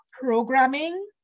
programming